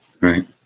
Right